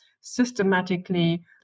systematically